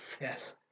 Yes